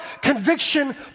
Conviction